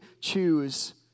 choose